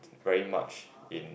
very much in